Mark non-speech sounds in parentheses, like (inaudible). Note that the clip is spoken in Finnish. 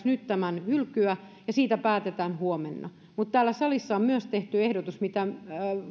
(unintelligible) nyt tämän hylkyä ja siitä päätetään huomenna mutta täällä salissa on myös tehty ehdotus mitä